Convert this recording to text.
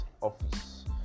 office